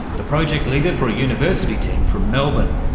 the project leader for a university team from melbourne.